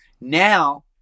now